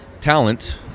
talent